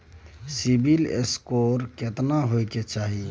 CIBIL score केतना होय चाही?